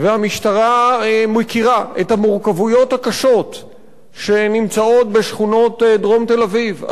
והמשטרה מכירה את המורכבויות הקשות שנמצאות בשכונות דרום תל-אביב.